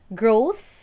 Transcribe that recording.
growth